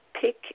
Pick